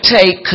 take